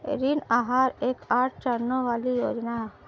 ऋण आहार एक आठ चरणों वाली योजना है